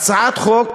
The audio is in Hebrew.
הצעת חוק